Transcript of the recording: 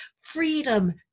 Freedom